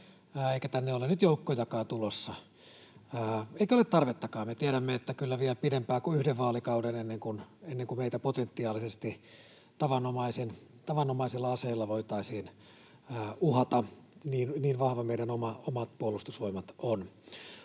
eikä tänne ole nyt joukkojakaan tulossa, eikä ole tarvettakaan. Me tiedämme, että kyllä vie pidempään kuin yhden vaalikauden ennen kuin meitä potentiaalisesti tavanomaisilla aseilla voitaisiin uhata, niin vahvat meidän omat puolustusvoimat on.